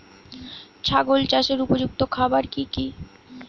ছাগল চাষের উপযুক্ত খাবার কি কি?